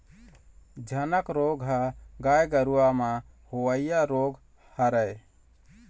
झनक रोग ह गाय गरुवा के म होवइया रोग हरय